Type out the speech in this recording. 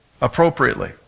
appropriately